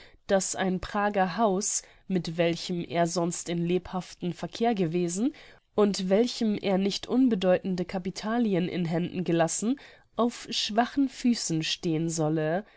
daß ein prager haus mit welchem er sonst in lebhaftem verkehr gewesen und welchem er nicht unbedeutende capitalien in händen gelassen auf schwachen füssen stehen solle